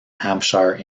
hampshire